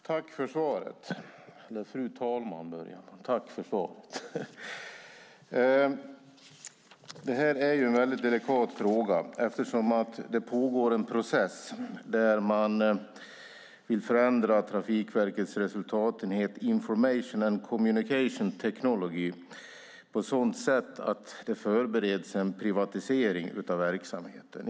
Fru talman! Tack, ministern, för svaret! Det här är en delikat fråga. Det pågår en process där man vill förändra Trafikverkets resultatenhet Information and Communication Technology på ett sådant sätt att det förbereds en privatisering av verksamheten.